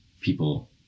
people